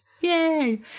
Yay